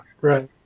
right